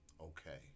okay